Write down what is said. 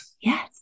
Yes